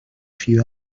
few